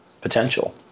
potential